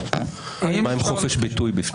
האם חופש הביטוי בפנים?